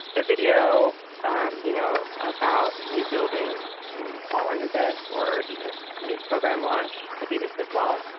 a video you know about a new building can fall under this, or even a new program launch could be this as well.